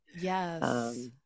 Yes